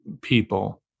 people